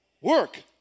Work